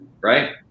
right